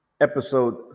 episode